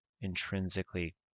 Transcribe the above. intrinsically